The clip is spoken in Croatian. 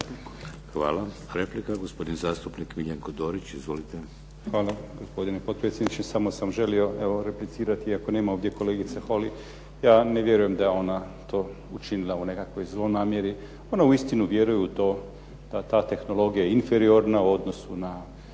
Hvala. Replika, gospodin zastupnik Miljenko Dorić. Izvolite. **Dorić, Miljenko (HNS)** Hvala gospodine potpredsjedniče, samo sam želio evo replicirati iako nema ovdje kolegice Holy, ja ne vjerujem da je ona to učinila u nekakvoj zloj namjeri. Ona uistinu vjeruje u to da ta tehnologija je inferiorna u odnosu na